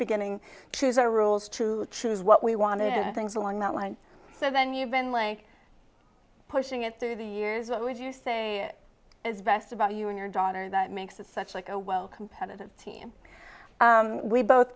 beginning to use our rules to choose what we wanted and things along that line so then you've been like pushing it through the years what would you say is best about you and your daughter that makes it such like a well competitive team we both